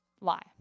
lie